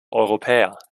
europäer